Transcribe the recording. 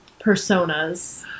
personas